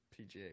PGA